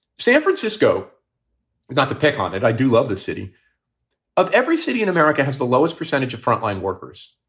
san francisco got to pick on it. i do love the city of every city in america has the lowest percentage of frontline workers.